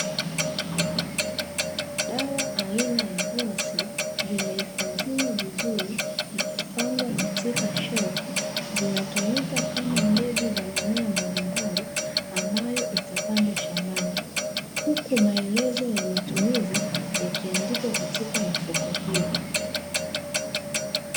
Dawa aina ya Vunocid zimehifadhiwa vizuri na kupangwa katika shelfu. Zinatumika kama mbegu za mimea mbalimbali ambayo itapandwa shambani. Huku maelezo ya matumizi yakiandikwa katika mifuko hiyo.